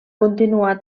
continuar